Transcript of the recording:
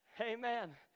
Amen